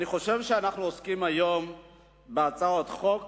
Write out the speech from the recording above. אני חושב שהיום אנחנו עוסקים בהצעות חוק